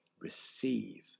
receive